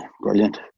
brilliant